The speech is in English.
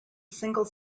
single